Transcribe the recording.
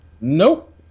nope